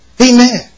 Amen